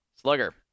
Slugger